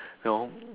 no